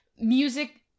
music